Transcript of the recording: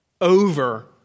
over